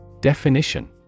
Definition